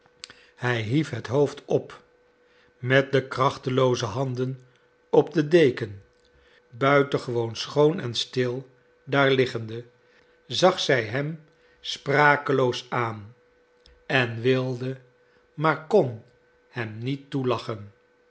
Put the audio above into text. hij hief het hoofd op met de krachtelooze handen op de deken buitengewoon schoon en stil daar liggende zag zij hem sprakeloos aan en wilde maar kon hem niet toelachen